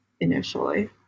initially